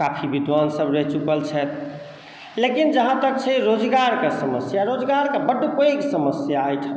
काफी विद्वान सब रहि चुकल छथि लेकिन जहाँतक छै रोजगार के समस्या रोजगार के बड पैघ समस्या एहिठाम